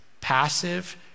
passive